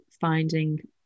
finding